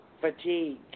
fatigue